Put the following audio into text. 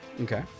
Okay